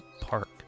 Park